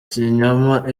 ikinyoma